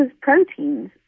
proteins